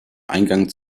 eingang